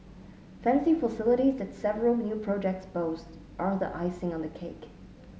fancy facilities that several new projects boast are the icing on the cake